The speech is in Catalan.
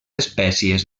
espècies